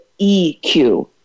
EQ